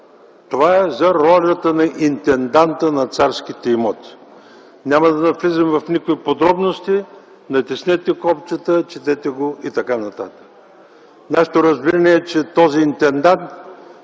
сайт, е за ролята на интенданта на царските имоти. Няма да навлизам в никакви подробности. Натиснете копчетата и четете. Нашето разбиране е, че този интендант